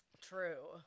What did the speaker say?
True